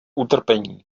utrpení